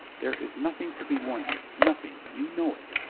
there is nothing to be won here, nothing, you know it.